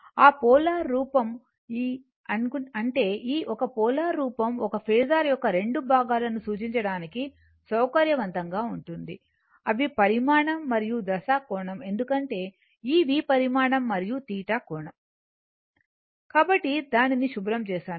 ఆ పోలార్ రూపం అంటే ఈ ఒక పోలార్ రూపం ఒక ఫేసర్ యొక్క రెండు భాగాలను సూచించడానికి సౌకర్యవంతంగా ఉంటుంది అవి పరిమాణం మరియు దశ కోణం ఎందుకంటే ఈ v పరిమాణం మరియు θ కోణం కాబట్టి దానిని శుభ్రం చేస్తాను